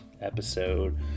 episode